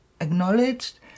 acknowledged